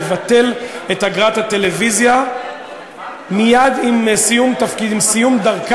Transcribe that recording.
לבטל את אגרת הטלוויזיה מייד עם סיום דרכה,